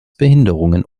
behinderungen